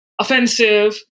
offensive